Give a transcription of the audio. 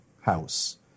house